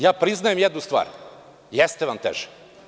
Ja priznajem jednu stvar – jeste vam teže.